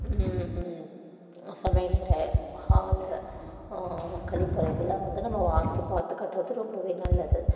சமையல் அறை ஹால் கழிப்பறை இதெல்லாம் வந்து வாஸ்து பார்த்து கட்டுறது ரொம்பவே நல்லது